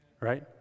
Right